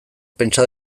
pentsa